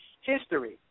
history